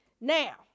Now